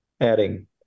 adding